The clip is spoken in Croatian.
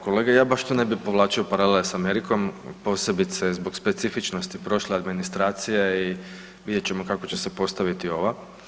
Kolega, ja baš tu ne bi povlačio paralele s Amerikom, posebice zbog specifičnost prošle administracije i vidjet ćemo kako će se postaviti ova.